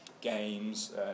games